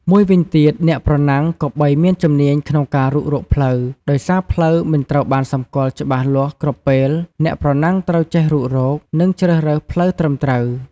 មួយវិញទៀតអ្នកប្រណាំងគប្បីមានជំនាញក្នុងការរុករកផ្លូវ ដោយសារផ្លូវមិនត្រូវបានសម្គាល់ច្បាស់លាស់គ្រប់ពេល អ្នកប្រណាំងត្រូវចេះរុករក និងជ្រើសរើសផ្លូវត្រឹមត្រូវ។